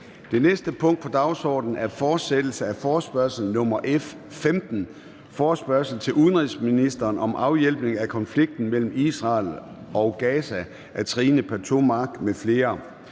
Det næste punkt på dagsordenen er: 3) Fortsættelse af forespørgsel nr. F 15 [afstemning]: Forespørgsel til udenrigsministeren om afhjælpning af konflikten mellem Israel og Gaza. Af Trine Pertou Mach